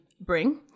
bring